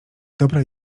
dobra